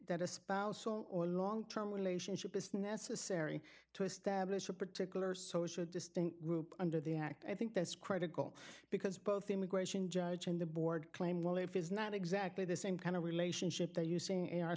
that a spouse or long term relationship is necessary to establish a particular social distinct group under the act i think that's critical because both the immigration judge and the board claim well it is not exactly the same kind of relationship they are using